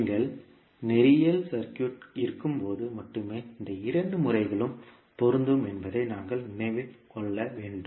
நீங்கள் நேரியல் சர்க்யூட் இருக்கும்போது மட்டுமே இந்த இரண்டு முறைகளும் பொருந்தும் என்பதை நாங்கள் நினைவில் கொள்ள வேண்டும்